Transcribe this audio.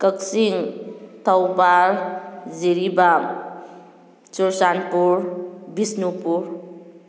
ꯀꯛꯆꯤꯡ ꯊꯧꯕꯥꯜ ꯖꯤꯔꯤꯕꯥꯝ ꯆꯨꯔꯆꯥꯟꯄꯨꯔ ꯕꯤꯁꯅꯨꯄꯨꯔ